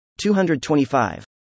225